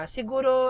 Siguro